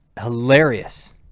hilarious